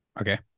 Okay